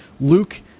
Luke